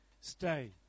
Stay